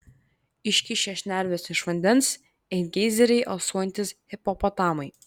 iškišę šnerves iš vandens it geizeriai alsuojantys hipopotamai